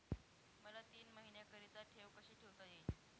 मला तीन महिन्याकरिता ठेव कशी ठेवता येईल?